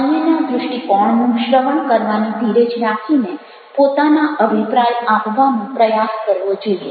અન્યના દૃષ્ટિકોણનું શ્રવણ કરવાની ધીરજ રાખીને પોતાના અભિપ્રાય આપવાનો પ્રયાસ કરવો જોઈએ